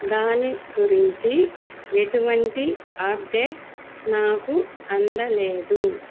దాని గురించి ఎటువంటి అప్డేట్ నాకు అందలేదు